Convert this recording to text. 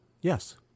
Yes